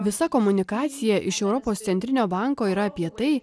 visa komunikacija iš europos centrinio banko yra apie tai